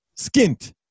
skint